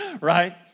Right